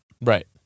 right